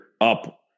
up